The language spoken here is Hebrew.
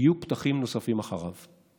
יהיו פתחים נוספים אחריו,